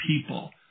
people